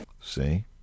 see